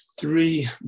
three